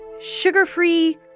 sugar-free